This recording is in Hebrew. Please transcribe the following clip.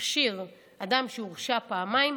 אדם שהורשע פעמיים,